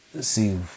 see